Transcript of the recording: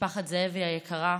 משפחת זאבי היקרה,